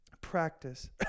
Practice